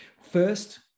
First